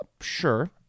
sure